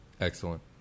Excellent